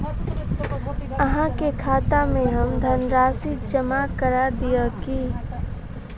अहाँ के खाता में हम धनराशि जमा करा दिअ की?